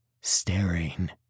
staring